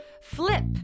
Flip